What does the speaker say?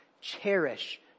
cherish